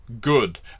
good